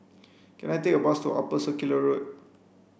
can I take a bus to Upper Circular Road